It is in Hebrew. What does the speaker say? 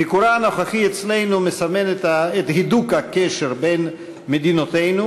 ביקורה הנוכחי אצלנו מסמן את הידוק הקשר בין מדינותינו,